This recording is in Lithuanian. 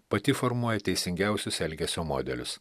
pati formuoja teisingiausius elgesio modelius